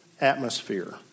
atmosphere